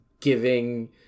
giving